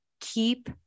keep